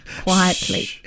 quietly